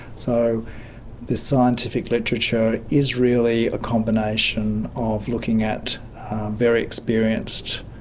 so the scientific literature is really a combination of looking at very experienced,